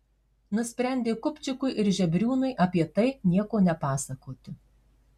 nusprendė kupčikui ir žebriūnui apie tai nieko nepasakoti